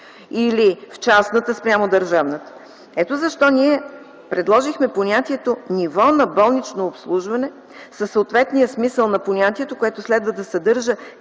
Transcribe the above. или в частната спрямо държавната? Ето защо ние предложихме понятието „ниво на болнично обслужване” със съответния смисъл на понятието, което следва да съдържа